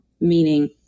meaning